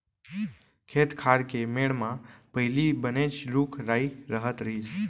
खेत खार के मेढ़ म पहिली बनेच रूख राई रहत रहिस